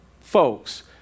folks